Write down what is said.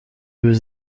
was